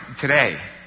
today